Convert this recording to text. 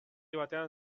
batean